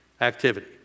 activity